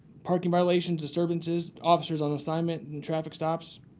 parking violations, disturbances, officers on assignment, and traffic stops,